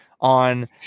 on